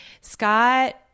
Scott